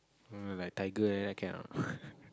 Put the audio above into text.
err like tiger like that can or not